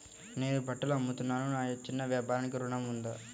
నేను బట్టలు అమ్ముతున్నాను, నా చిన్న వ్యాపారానికి ఋణం ఉందా?